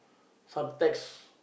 some tax